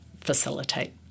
facilitate